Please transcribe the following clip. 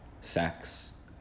sex